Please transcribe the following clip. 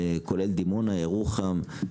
כולל דימונה, ירוחם.